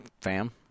fam